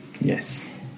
Yes